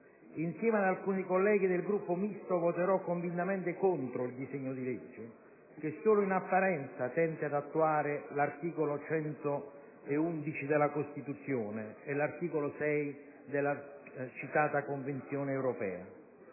Insieme ad alcuni colleghi del Gruppo Misto voterò convintamene contro il disegno di legge, che solo in apparenza tenta di attuare l'articolo 111 della Costituzione e l'articolo 6 della Convenzione europea